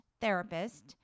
therapist